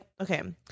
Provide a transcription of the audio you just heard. okay